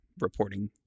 reporting